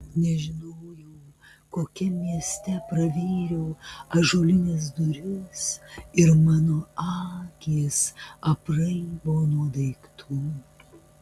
nežinojau kokiam mieste pravėriau ąžuolines duris ir mano akys apraibo nuo daiktų